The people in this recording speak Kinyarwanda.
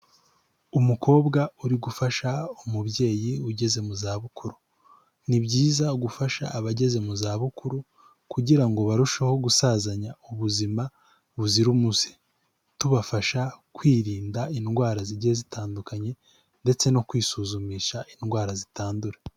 Umukobwa uri gufasha umubyeyi ugeze mu zabukuru, ni byiza gufasha abageze mu zabukuru kugira ngo barusheho gusazanya ubuzima buzira umuze, tubafasha kwirinda indwara zigiye zitandukanye ndetse no kwisuzumisha indwara zitandura.